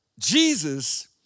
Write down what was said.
Jesus